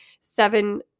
seven